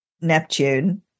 neptune